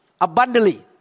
abundantly